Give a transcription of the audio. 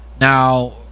Now